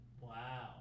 Wow